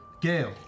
Gail